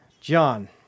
John